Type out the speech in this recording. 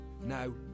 Now